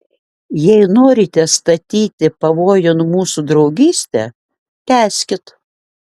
jeigu norite statyti pavojun mūsų draugystę tęskit